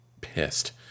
pissed